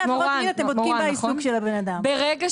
--- ברגע